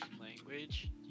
Language